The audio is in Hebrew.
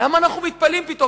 למה אנחנו מתפלאים פתאום?